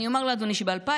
אז אני אומר לאדוני שב-2011,